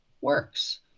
works